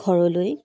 ঘৰলৈ